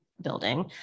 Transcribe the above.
building